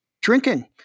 drinking